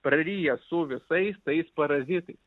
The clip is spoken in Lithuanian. praryja su visais tais parazitais